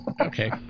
Okay